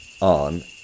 on